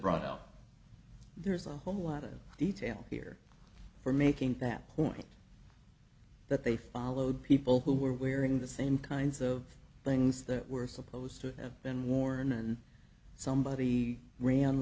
brought out there's a whole lot of detail here for making that point that they followed people who were wearing the same kinds of things that were supposed to have been worn and somebody ran